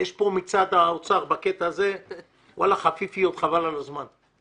בקטע הזה יש פה מצד האוצר חפיפניקיות חבל על הזמן.